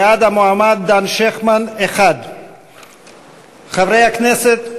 בעד המועמד דן שכטמן, 1. חברי הכנסת,